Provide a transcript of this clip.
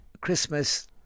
Christmas